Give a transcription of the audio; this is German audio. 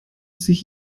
sich